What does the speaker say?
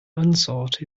unsought